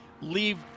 leave